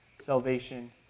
salvation